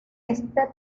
este